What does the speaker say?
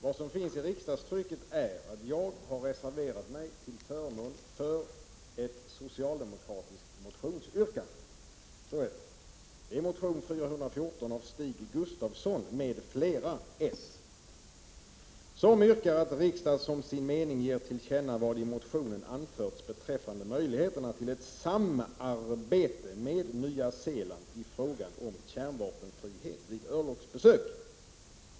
Vad som står i riksdagstrycket är att jag har reserverat mig till förmån för ett socialdemokratiskt motionsyrkande. I motion U414 av Stig Gustafsson m.fl. yrkas att ”riksdagen som sin mening ger regeringen till känna vad i motionen anförts beträffande möjligheterna till ett samarbete med Nya Zeeland i frågan om kärnvapenfrihet vid örlogsbesök”.